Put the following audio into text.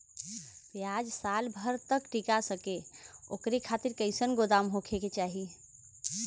प्याज साल भर तक टीका सके ओकरे खातीर कइसन गोदाम होके के चाही?